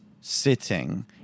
sitting